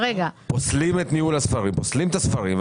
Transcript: פוסלים את הספרים,